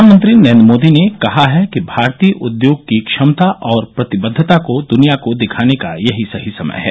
प्रधानमंत्री नरेन्द्र मोदी ने कहा है कि भारतीय उद्योग की क्षमता और प्रतिबद्वता को दृनिया को दिखाने का यही सही समय है